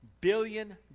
billion